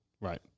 Right